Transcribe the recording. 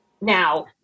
Now